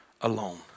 alone